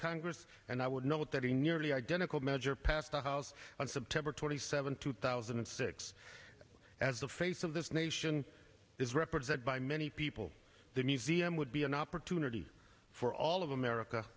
congress and i would note that a nearly identical measure passed the house on september twenty seventh two thousand and six as the face of this nation is represented by many people the medium would be an opportunity for all of america